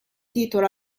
titolo